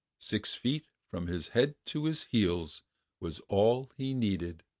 six feet from his head to his heels was all he needed.